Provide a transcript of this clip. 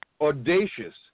audacious